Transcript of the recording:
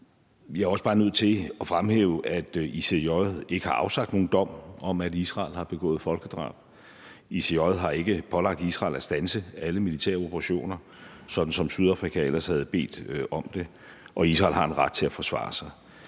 jeg er også bare nødt til at fremhæve, at ICJ ikke har afsagt nogen dom om, at Israel har begået folkedrab. ICJ har ikke pålagt Israel at standse alle militære operationer, sådan som Sydafrika ellers havde bedt om, og Israel har en ret til at forsvare sig.